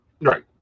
Right